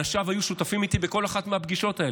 אנשיו היו שותפים איתי בכל אחת מהפגישות האלה,